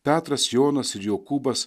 petras jonas ir jokūbas